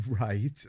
Right